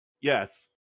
Yes